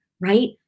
right